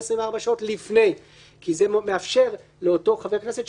בתוך 24 שעות מעת היותו לחבר הכנסת,